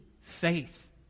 faith